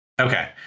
Okay